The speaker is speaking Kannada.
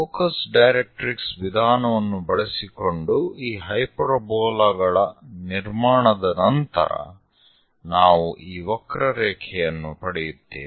ಫೋಕಸ್ ಡೈರೆಕ್ಟ್ರಿಕ್ಸ್ ವಿಧಾನವನ್ನು ಬಳಸಿಕೊಂಡು ಈ ಹೈಪರ್ಬೋಲಾ ಗಳ ನಿರ್ಮಾಣದ ನಂತರ ನಾವು ಈ ವಕ್ರರೇಖೆಯನ್ನು ಪಡೆಯುತ್ತೇವೆ